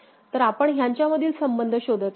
तर आपण ह्यांच्यामधील संबंध शोधत आहोत